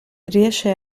riesce